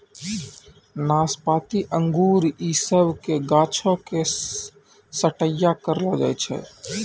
नाशपाती अंगूर इ सभ के गाछो के छट्टैय्या करलो जाय छै